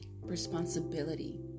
responsibility